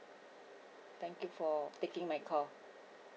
thank you for taking my call